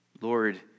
Lord